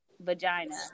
vagina